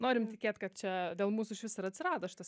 norim tikėt kad čia dėl mūsų išvis ir atsirado šitas